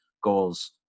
goals